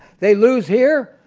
they lose here,